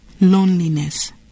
loneliness